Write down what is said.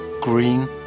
Green